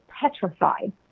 petrified